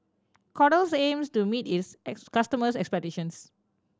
Kordel's aims to meet its customers' expectations